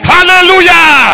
Hallelujah